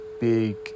big